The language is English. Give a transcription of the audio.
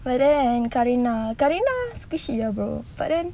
but then karina karina squishy lah bro but then